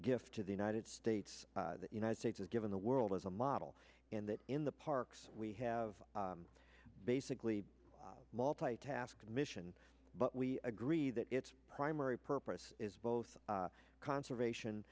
gift to the united states the united states has given the world as a model and that in the parks we have basically multi task mission but we agree that its primary purpose is both conservation